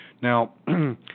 Now